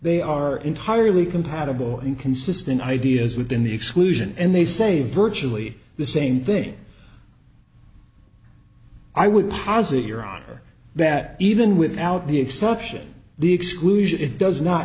they are entirely compatible and consistent ideas within the exclusion and they say virtually the same thing i would posit your honor that even without the exception the exclusion it does not